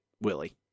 Willie